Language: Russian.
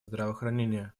здравоохранения